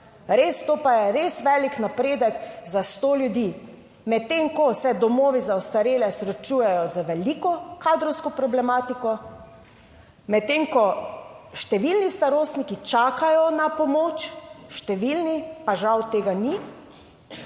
Res, to pa je res velik napredek za sto ljudi, medtem ko se domovi za ostarele srečujejo z veliko kadrovsko problematiko, medtem ko številni starostniki čakajo na pomoč, številni, pa žal tega ni.